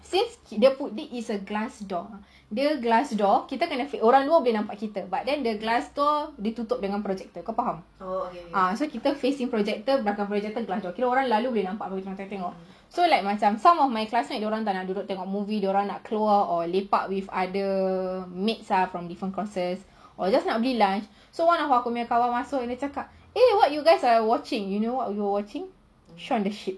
since dia is a glass door dia glass door kita kena orang luar boleh nampak kita but then the glass door dia tutup dengan projector kau faham ah so kita facing projector belakang projector glass door kira orang lalu boleh nampak tengah tengok so like macam some of my classmate dorang tak nak duduk tengok movie dorang nak keluar or lepak with others the mix ah from different courses or just nak pergi lunch so one of aku punya kawan masuk dia cakap eh what you guys are watching you know what we are watching shaun the sheep